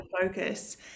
focus